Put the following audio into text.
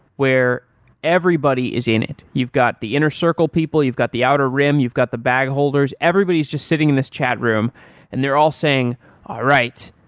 where everybody is in it. you've got the inner circle people, you've got the outer rim, you've got the bag holders. everybody is just sitting in this chatroom and they're all saying, all right,